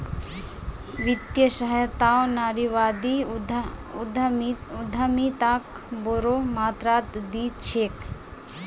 वित्तीय सहायताओ नारीवादी उद्यमिताक बोरो मात्रात दी छेक